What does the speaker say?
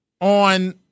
on